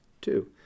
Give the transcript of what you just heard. two